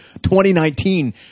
2019